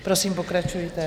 Prosím, pokračujte.